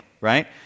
Right